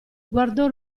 guardò